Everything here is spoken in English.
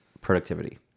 productivity